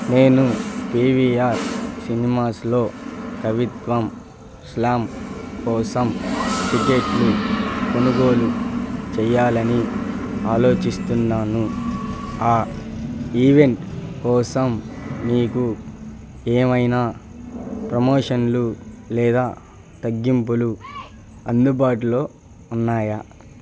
నేను P V R సినిమాస్లో కవిత్వం స్లామ్ కోసం టిక్కెట్లు కొనుగోలు చేయాలని ఆలోచిస్తున్నాను ఆ ఈవెంట్ కోసం మీకు ఏవైనా ప్రమోషన్లు లేదా తగ్గింపులు అందుబాటులో ఉన్నాయా